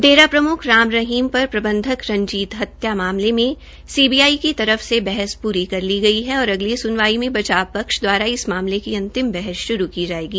डेरा प्रम्ख राम रहीम पर प्रबंधक रंजीत हत्या कामले में सीबीआई की तर फ से बहस पूरी कर ली गई है और अगली सुनवाई में बचाव पक्ष द्वारा इस मामले की अंतिम बहस शुरू हो जायेगी